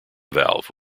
valve